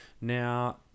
Now